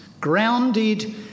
grounded